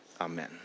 Amen